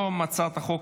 חמישה,